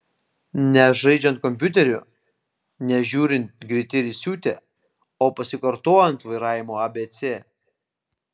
ne žaidžiant kompiuteriu ne žiūrint greiti ir įsiutę o pasikartojant vairavimo abc